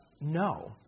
No